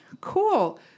Cool